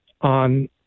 on